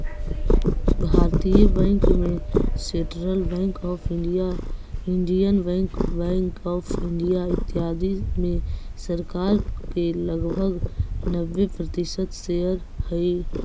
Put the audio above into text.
भारतीय बैंक में central bank of India, Indian bank, bank of India, इत्यादि में सरकार के लगभग नब्बे प्रतिशत शेयर हइ